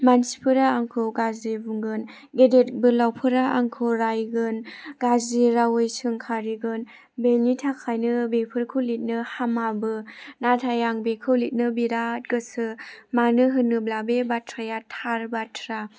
मानसिफोरा आंखौ गाज्रि बुंगोन गेदेर गोलावफोरा आंखौ रायगोन गाज्रि रावै सोंखारिगोन बेनि थाखायनो बेफोरखौ लिरनो हामाबो नाथाय आं बेखौ लिरनो बिराद गोसो मानो होनोब्ला बे बाथ्राया थार बाथ्रा